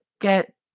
get